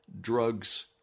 drugs